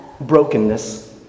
brokenness